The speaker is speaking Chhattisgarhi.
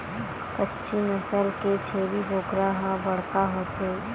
कच्छी नसल के छेरी बोकरा ह बड़का होथे